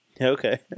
Okay